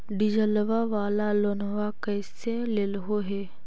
डीजलवा वाला लोनवा कैसे लेलहो हे?